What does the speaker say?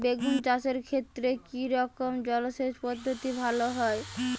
বেগুন চাষের ক্ষেত্রে কি রকমের জলসেচ পদ্ধতি ভালো হয়?